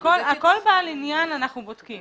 כל בעל עניין אנחנו בודקים.